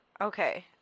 Okay